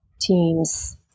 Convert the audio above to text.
teams